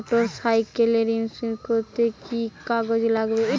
Motorcycle insurance করতে কি কি কাগজ লাগবে?